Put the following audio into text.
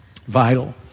Vital